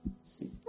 See